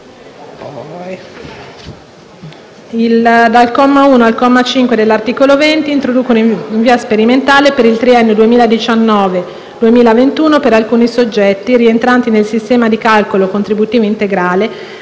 I commi da 1 a 5 dell'articolo 20 introducono, in via sperimentale, per il triennio 2019-2021, per alcuni soggetti rientranti nel sistema di calcolo contributivo integrale,